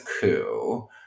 coup